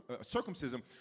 Circumcision